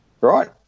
right